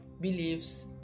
beliefs